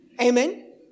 Amen